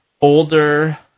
older